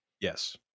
Yes